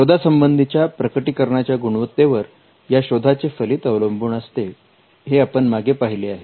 शोधासंबंधीच्या प्रकटीकरणा च्या गुणवत्तेवर या शोधाचे फलित अवलंबून असते हे आपण मागे पाहिले आहे